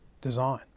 design